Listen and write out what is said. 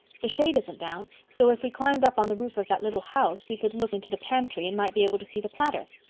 the shade isn't down, so if we climbed up on the roof of that little house we could look into the pantry and might be able to see the platter.